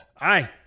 Aye